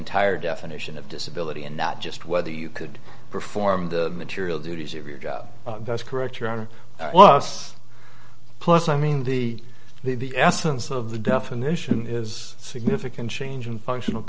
entire definition of disability and not just whether you could perform the material duties of your job correct your own loss plus i mean the the essence of the definition is significant change in functional